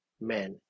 men